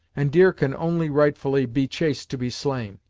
and deer can only rightfully be chased to be slain,